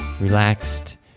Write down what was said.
relaxed